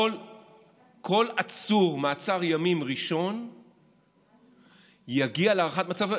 כל עצור במעצר ימים ראשון יגיע להארכת מעצר,